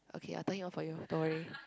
okay I tell him off for you don't worry